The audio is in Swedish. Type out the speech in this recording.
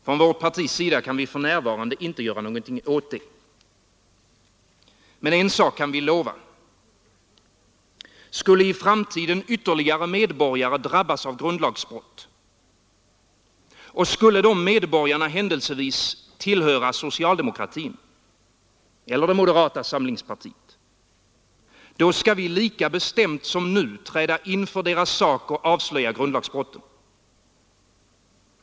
Från vårt parti kan vi för närvarande inte göra något åt detta. Men en sak lovar vi. Skulle i framtiden ytterligare medborgare drabbas av grundlagsbrott, och skulle de medborgarna händelsevis tillhöra socialdemokratin eller moderata samlingspartiet, då skall vi lika bestämt som nu träda in för deras sak och avslöja grundlagsbrotten.